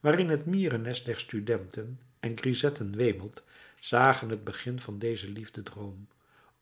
waarin het mierennest der studenten en grisetten wemelt zagen het begin van dezen liefdedroom